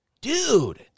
Dude